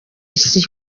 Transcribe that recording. isi